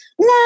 No